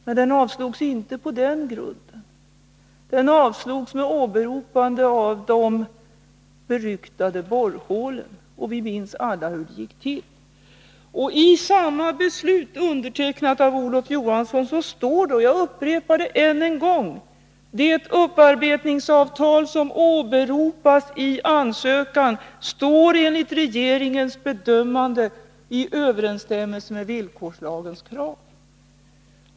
Men ansökan avslogs inte på den grunden utan med åberopande av de beryktade borrhålen. Vi minns alla hur det gick till. I samma beslut, undertecknat av Olof Johansson, kan man läsa att — jag upprepar det än en gång — ”det bearbetningsavtal som åberopas i ansökan står enligt regeringens bedömande i överensstämmelse med villkorslagens krav”.